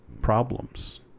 problems